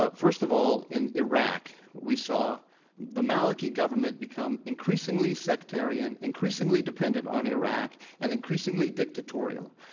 but first of all, in iraq, we saw the maliki government become increasingly sectarian, increasingly dependent on iraq, and increasingly dictatorial.